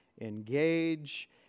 engage